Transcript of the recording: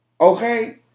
okay